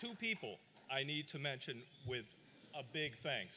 to people i need to mention with a big th